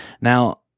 Now